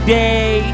day